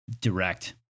direct